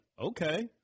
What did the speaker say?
okay